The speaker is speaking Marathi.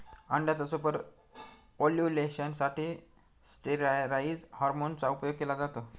अंड्याच्या सुपर ओव्युलेशन साठी स्टेरॉईड हॉर्मोन चा उपयोग केला जातो